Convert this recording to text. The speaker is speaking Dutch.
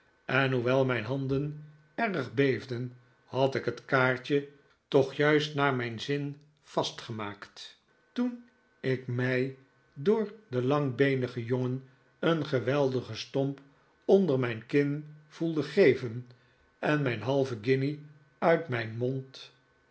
en hoewel mijn handen erg beefden had ik het kaartje toch juist naar mijn zin vastgemaakt toen ik mij door den langbeenigen jongen e'en geweldigen stomp onder mijn kin voelde geven en mijn halve guinje uit mijn mond